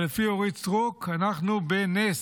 אבל לפי אורית סטרוק, אנחנו בנס.